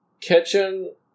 kitchen